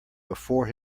before